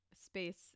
space